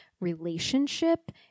Relationship